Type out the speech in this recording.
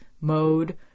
mode